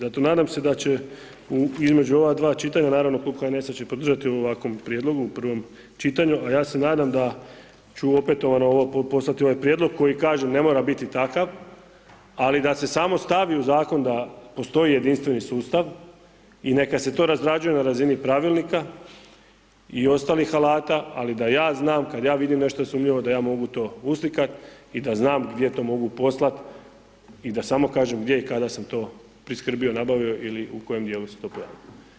Zato nadam se da će u, između ova dva čitanja, naravno Klub HNS-a će podržati u ovakom prijedlogu u prvom čitanju, a ja se nadam da ću opetovano ovo poslati ovaj prijedlog koji kažem ne mora biti takav, ali da se samo stavi u zakon da postoji jedinstveni sustav i neka se to razrađuje na razini pravilnika i ostalih alata, ali da ja znam kad ja vidim nešto je sumnjivo da ja to mogu uslikat i da znam gdje to mogu poslat i da samo kažem gdje i kada sam to priskrbio, nabavio ili u kojem dijelu se to pojavilo.